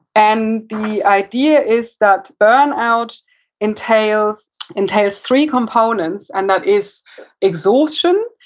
and the idea is that burnout entails entails three components. and that is exhaustion,